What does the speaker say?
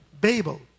Babel